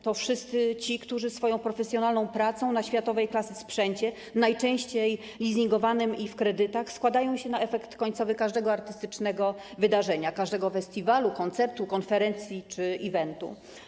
To wszyscy ci, którzy swoją profesjonalną pracą na światowej klasy sprzęcie, najczęściej leasingowanym i w kredytach, składają się na efekt końcowy każdego artystycznego wydarzenia, każdego festiwalu, koncertu, konferencji czy eventu.